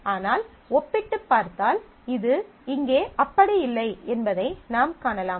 ஆனால் ஒப்பிட்டுப் பார்த்தால் இது இங்கே அப்படி இல்லை என்பதை நாம் காணலாம்